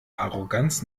arroganz